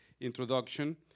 introduction